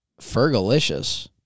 Fergalicious